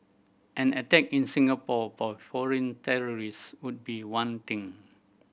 an attack in Singapore by foreign terrorists would be one thing